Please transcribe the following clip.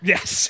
Yes